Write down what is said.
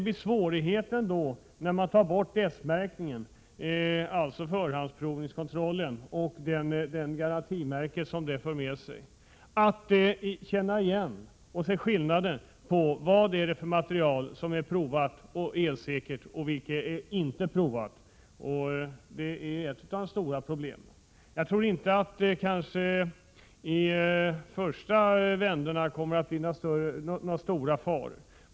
När man då tar bort S-märkningen, dvs. förhandsprovningen och det garantimärke som då utfärdas, blir det svårigheter att känna igen och se skillnad på vilken materiel som är provad och elsäker och vilken materiel som inte är det. Jag tror inte att det med detsamma kommer att uppstå några stora faror.